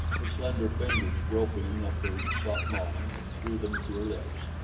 her slender fingers groping upward sought mine and drew them to her lips,